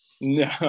No